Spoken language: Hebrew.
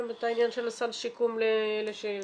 את העניין של הסל שיקום לאלה שיוצאים?